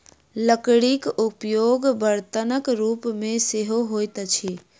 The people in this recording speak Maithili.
लकड़ीक उपयोग बर्तनक रूप मे सेहो होइत अछि